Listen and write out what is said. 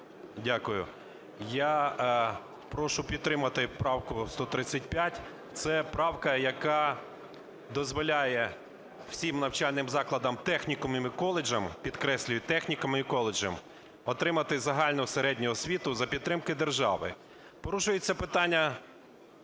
Дякую. Я прошу підтримати правку 135. Це правка, яка дозволяє всім навчальним закладам, технікумам і коледжам, підкреслюю – технікумам і коледжам, отримати загальну середню освіту за підтримки держави. Порушується питання